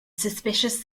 suspicious